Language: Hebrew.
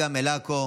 רון כץ,